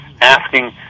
asking